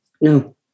No